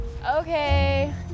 Okay